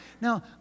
Now